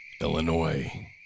Illinois